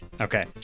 Okay